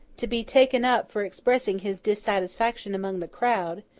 to be taken up for expressing his dissatisfaction among the crowd,